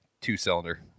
two-cylinder